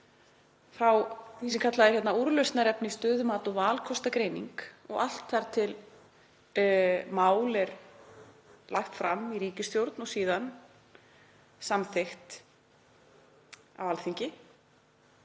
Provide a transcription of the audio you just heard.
frá því sem kallað er úrlausnarefni, stöðumat og valkostagreining, og allt þar til mál er lagt fram í ríkisstjórn og síðan samþykkt af Alþingi,